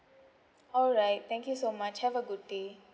alright thank you so much have a good day